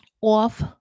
off